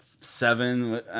seven